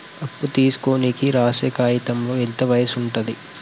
అప్పు తీసుకోనికి రాసే కాయితంలో ఎంత వయసు ఉంటది?